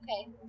Okay